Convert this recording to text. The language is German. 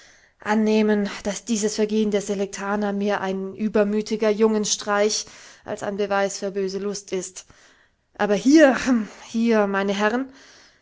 annehmen daß dieses vergehen der selektaner mehr ein übermütiger jungenstreich als ein beweis für böse lust ist aber hier rhm hier meine herren